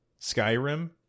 Skyrim